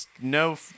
no